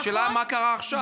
השאלה היא מה קרה עכשיו.